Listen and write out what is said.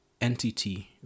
entity